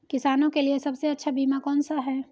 किसानों के लिए सबसे अच्छा बीमा कौन सा है?